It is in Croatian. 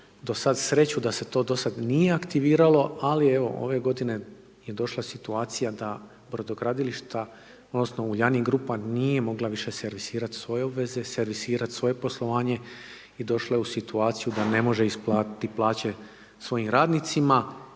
sreću da se to do sada nije aktiviralo, ali evo, ove g. je došla situacija, da brodogradilišta odnosno Uljanik Grupa nije mogla više servisirati svoje obveze, servisirati svoje poslovanje i došla je u situaciju da ne može isplatiti plaće svojim radnicima.